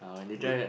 good